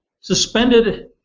suspended